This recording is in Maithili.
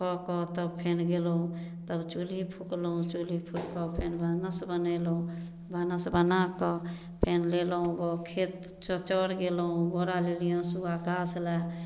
कऽ कऽ तब फेर गेलहुॅं तब चुल्हि फुकलहुॅं चुल्हि फुकि कऽ फेर भानस बनेलहुॅं भानस बनाकऽ फेर लेनहुॅं बोरा खेत चऽर गेलहुॅं बोड़ा लेलियै हँसुआ घास लए